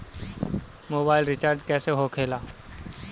Mobile recharge कैसे होखे ला?